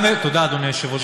תודה, אדוני היושב-ראש.